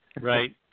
Right